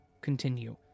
continue